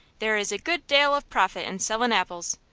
there is a good dale of profit in sellin' apples.